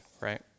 right